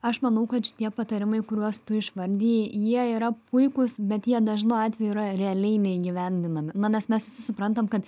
aš manau ka šitie patarimai kuriuos tu išvardijai jie yra puikūs bet jie dažnu atveju yra realiai neįgyvendinami na nes mes visi suprantam kad